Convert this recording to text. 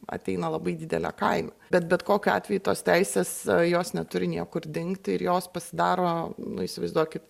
ateina labai didele kaina bet bet kokiu atveju tos teisės jos neturi niekur dingti ir jos pasidaro nu įsivaizduokit